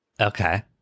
Okay